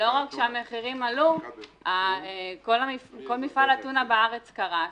לא רק שהמחירים, כל מפעל הטונה בארץ קרס,